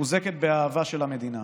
מחוזקת באהבה של המדינה.